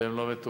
והם לא מטופלים.